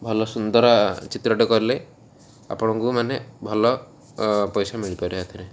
ଭଲ ସୁନ୍ଦର ଚିତ୍ରଟେ କଲେ ଆପଣଙ୍କୁ ମାନେ ଭଲ ପଇସା ମିଳିପାରେ ଏଥିରେ